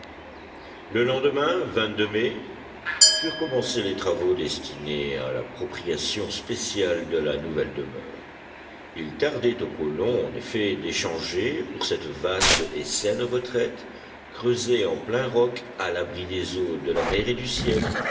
le lendemain mai furent commencés les travaux destinés à l'appropriation spéciale de la nouvelle demeure il tardait aux colons en effet d'échanger pour cette vaste et saine retraite creusée en plein roc à l'abri des eaux de la mer et du ciel